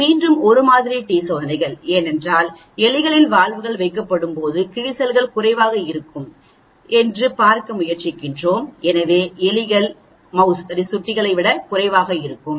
இது மீண்டும் 1 மாதிரி டி சோதனைகள் ஏனென்றால் எலிகளில் வால்வுகள் வைக்கப்படும் போது கிழிசல்கள் குறைவாக இருக்கும் என்று பார்க்க முயற்சிக்கிறோம் எனவே எலிகள் சுட்டியை விட குறைவாக இருக்கும்